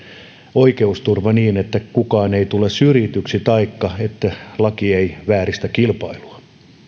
oikeusturva niin että kukaan ei tule syrjityksi ja laki ei vääristä kilpailua